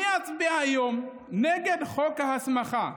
"אני אצביע היום נגד חוק ההסמכה,